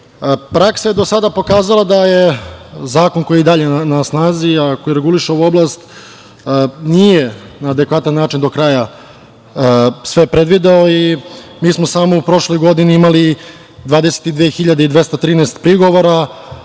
je do sada pokazala da Zakon koji je i dalje na snazi a koji reguliše ovu oblast nije na adekvatan način do kraja sve predvideo i mi smo samo u prošloj godini imali 22.213 prigovora,